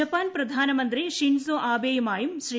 Japan പ്രധാനമന്ത്രി Shinzo ആബേയുമായും ശ്രീ